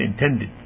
intended